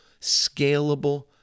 scalable